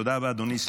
תודה רבה, אדוני.